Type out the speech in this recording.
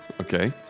Okay